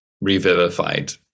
revivified